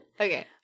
Okay